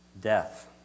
death